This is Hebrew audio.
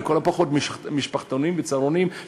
לכל הפחות משפחתונים וצהרונים,